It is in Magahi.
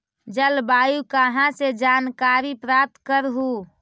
जलवायु कहा से जानकारी प्राप्त करहू?